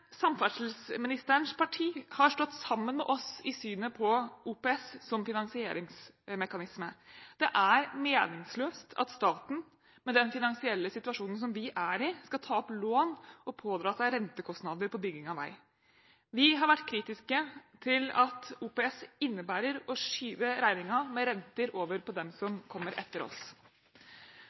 Samferdselsministerens parti har stått sammen med oss i synet på OPS som en finansieringsmekanisme. Det er meningsløst at staten – med den finansielle situasjonen som vi er i – skal ta opp lån og pådra seg rentekostnader på bygging av vei. Vi har vært kritiske til at OPS innebærer å skyve regningen, med renter, over på dem som kommer etter oss.